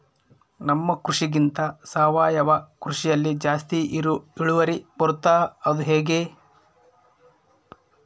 ನಮ್ಮ ಕೃಷಿಗಿಂತ ಸಾವಯವ ಕೃಷಿಯಲ್ಲಿ ಜಾಸ್ತಿ ಇಳುವರಿ ಬರುತ್ತಾ ಅದು ಹೆಂಗೆ?